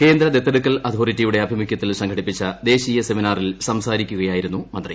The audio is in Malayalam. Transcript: കേന്ദ്ര ദത്തെടുക്കൽ അതോറിറ്റിയുടെ ആഭിമുഖ്യത്തിൽ സംഘടിപ്പിച്ച ദേശീയ സെമിനാറിൽ സംസാരിക്കുകയായിരുന്നു മന്ത്രി